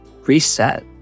reset